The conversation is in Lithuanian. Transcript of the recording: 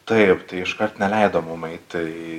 taip tai iškart neleido mum eiti į